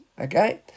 okay